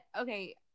okay